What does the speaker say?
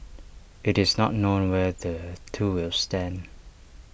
IT is not known where the two will stand